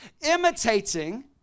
imitating